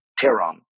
Tehran